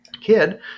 kid –